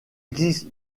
existe